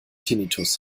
tinnitus